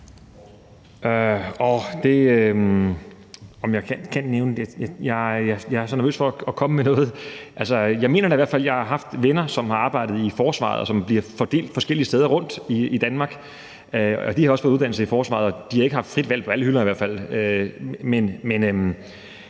Jeg er så nervøs for at komme med noget her. Altså, jeg mener da i hvert fald, at jeg har haft venner, som har arbejdet i forsvaret, og som er blevet fordelt forskellige steder rundt i Danmark. De har også fået en uddannelse i forsvaret, og de har i hvert fald ikke haft frit valg på alle hylder. Det er,